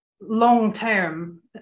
long-term